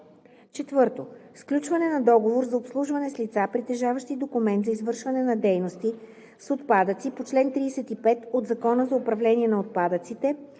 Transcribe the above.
4. сключване на договор за обслужване с лица, притежаващи документ за извършване на дейности с отпадъци по чл. 35 от Закона за управление на отпадъците,